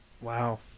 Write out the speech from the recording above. Wow